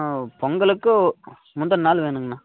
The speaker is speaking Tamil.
ஆ பொங்கலுக்கு முந்தின நாள் வேணும்ங்கண்ணா